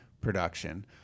production